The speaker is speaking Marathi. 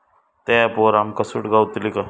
त्या ऍपवर आमका सूट गावतली काय?